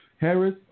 Harris